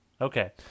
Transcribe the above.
Okay